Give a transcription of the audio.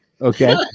Okay